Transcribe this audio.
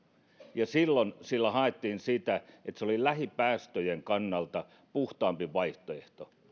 silloin sillä haettiin sitä että se oli lähipäästöjen kannalta puhtaampi vaihtoehto